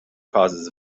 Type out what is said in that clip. causes